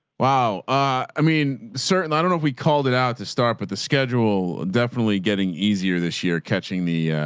wow. ah i mean, certainly i don't know if we called it out to start with the schedule, definitely getting easier this year, catching the,